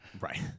Right